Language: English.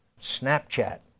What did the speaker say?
Snapchat